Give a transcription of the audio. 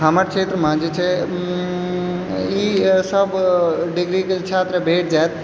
हमर क्षेत्रमे जे छै ई सब डिग्रीके छात्र भेट जाएत